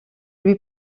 lui